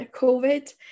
COVID